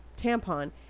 Tampon